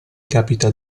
capita